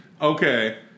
Okay